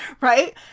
Right